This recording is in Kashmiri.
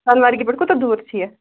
سۄنہٕ مرگہِ پٮ۪ٹھ کوٗتاہ دوٗر چھِ یہِ